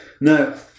No